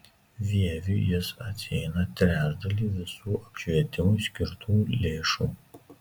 vieviui jis atsieina trečdalį visų apšvietimui skirtų lėšų